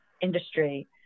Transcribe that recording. industry